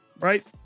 Right